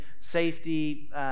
safety